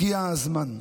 הגיע הזמן.